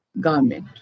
garment